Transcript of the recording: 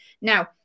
Now